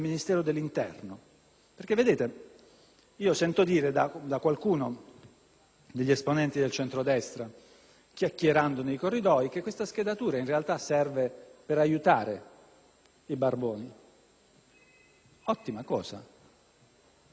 alcuni esponenti del centrodestra, chiacchierando nei corridoi, che questa schedatura in realtà serve per aiutare i barboni. Ottima cosa. Ma allora creiamo un registro di costoro presso il Ministero degli affari sociali